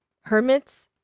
hermit's